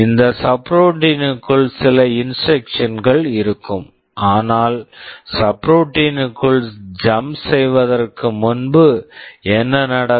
இந்த subroutine subroutine க்குள் சில இன்ஸ்ட்ரக்சன்ஸ் instructions கள் இருக்கும் ஆனால் சப்ரூட்டின் subroutine க்குள் ஜம்ப் jump செய்வதற்கு முன் என்ன நடக்கும்